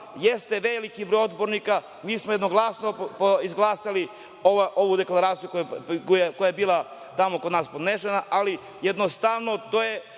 jeste veliki broj odbornika, mi smo jednoglasno izglasali ovu deklaraciju koja je bila tamo kod nas podneta, ali jednostavno sve